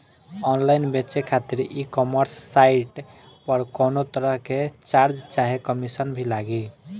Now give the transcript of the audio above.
Online बेचे खातिर e commerce site पर कौनोतरह के चार्ज चाहे कमीशन भी लागी?